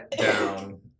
down